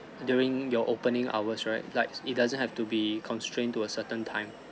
during your opening hours right like it doesn't have to be constrained to a certain time